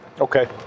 Okay